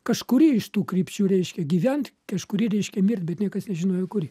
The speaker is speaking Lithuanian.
kažkuri iš tų krypčių reiškė gyvent kažkuri reišė mirt bet niekas nežinojo kuri